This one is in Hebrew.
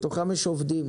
בתוכם יש עובדים